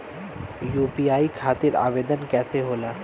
UPI खातिर आवेदन कैसे होला?